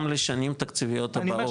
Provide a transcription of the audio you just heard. גם לשנים תקציביות הבאות,